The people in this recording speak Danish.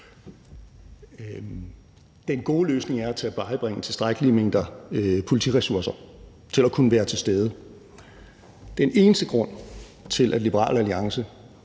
Den gode løsning er at tilvejebringe tilstrækkelige mængder politiressourcer til at kunne være til stede. Den eneste grund til, at Liberal Alliance